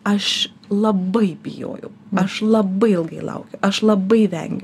aš labai bijojau aš labai ilgai laukiau aš labai vengiau